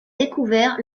découvert